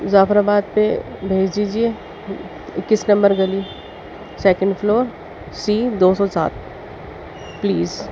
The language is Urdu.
زعفر آباد پہ بھیج دیجیے اکیس نمبر گلی سیکنڈ فلور سی دو سو سات پلیز